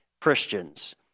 Christians